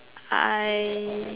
I